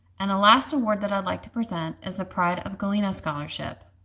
and the last award that i'd like to present is the pride of galena scholarship.